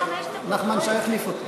אמרו חמש דקות,